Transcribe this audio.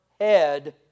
head